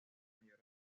mayores